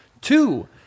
Two